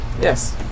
Yes